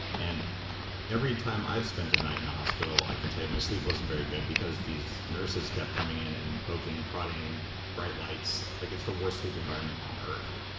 and every time i've spent a night in the ah hospital i can tell you my sleep wasn't very good, because these nurses kept coming in and poking, prodding bright lights, like it's the worst sleep environment on earth.